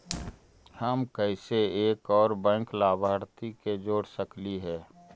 हम कैसे एक और बैंक लाभार्थी के जोड़ सकली हे?